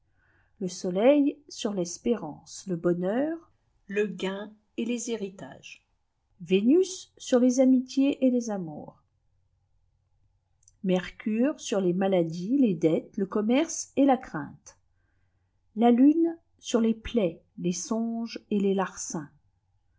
le soleil sur l'espérance le bonheur le gain et les héritages vénus sur les amitiés et les amours mercure sur les maladies les dettes le commerce et la crainte la lune sur les plaies les songes et les larcins